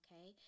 Okay